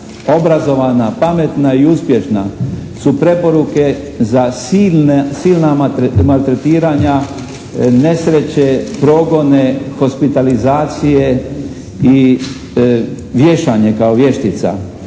obrazovana, pametna i uspješna su preporuke za silna maltretiranja, nesreće, progone, hospitalizacije i vješanje kao vještica.